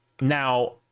Now